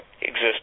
exist